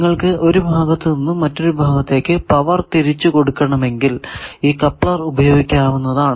നിങ്ങൾക്കു ഒരു ഭാഗത്തു നിന്നും മറ്റൊരു ഭാഗത്തേക്കു പവർ തിരിച്ചു കൊടുക്കണമെങ്കിൽ ഈ കപ്ലർ ഉപയോഗിക്കാവുന്നതാണ്